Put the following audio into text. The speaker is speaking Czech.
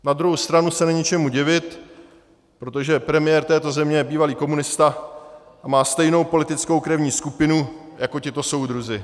Na druhou stranu se není čemu divit, protože premiér této země je bývalý komunista a má stejnou politickou krevní skupinu jako tito soudruzi.